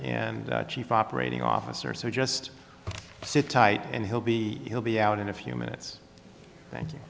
and chief operating officer so just sit tight and he'll be he'll be out in a few minutes thank you